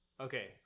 okay